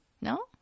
No